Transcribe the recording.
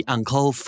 Uncle